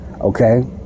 okay